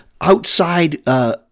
outside –